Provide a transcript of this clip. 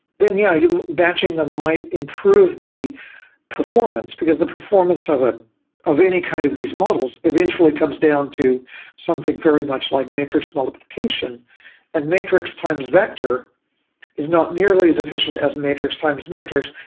then yeah, you know batching them might improve the performance, because the performance of ah of any kind of these models eventually comes down to something very much like matrix qualification and matrix times vector is not nearly as efficient as matrix times matrix,